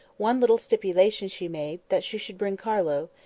one little stipulation she made, that she should bring carlo.